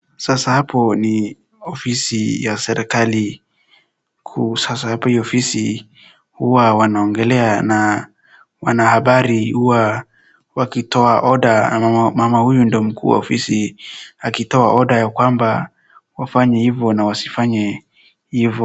Sasa hapo ni ofisi ya serikali kuu. Sasa hapa hii ofisi huwa wanaongelea na wanahabari huwa wakitoa order ama mama, mama huyu ndiye mkuu wa ofisi akitoa order ya kwamba wafanye hivo na wasifanye hivo.